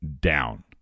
down